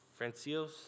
Francios